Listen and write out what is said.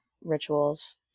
rituals